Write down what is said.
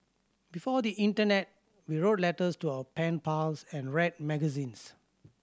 before the internet we wrote letters to our pen pals and read magazines